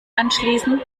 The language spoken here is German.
anschließen